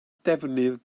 defnydd